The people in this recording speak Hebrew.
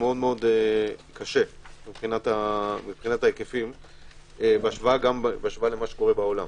מאוד קשה מבחינת ההיקפים בהשוואה למה שקורה בעולם.